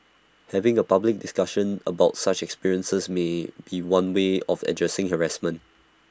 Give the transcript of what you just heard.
having A public discussion about such experiences may be one way of addressing harassment